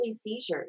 seizures